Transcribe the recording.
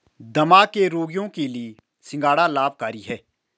दमा के रोगियों के लिए सिंघाड़ा लाभकारी है